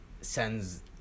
sends